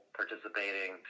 participating